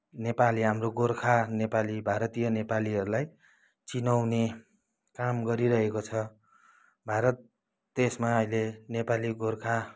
नेपाली हाम्रो गोर्खा नेपाली भारतीय नेपालीहरूलाई चिनाउने काम गरिरहेको छ भारत देशमा अहिले नेपाली गोर्खा